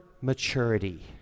maturity